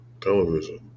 television